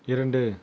இரண்டு